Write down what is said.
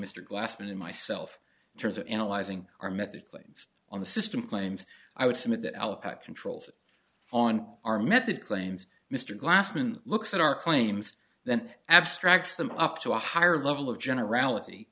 mr glassman and myself in terms of analyzing our method claims on the system claims i would submit that controls on our method claims mr glassman looks at our claims then abstracts them up to a higher level of generality